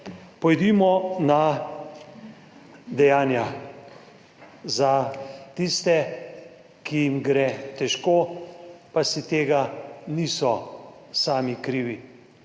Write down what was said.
Pojdimo na dejanja. Za tiste, ki jim gre težko, pa si tega niso sami krivi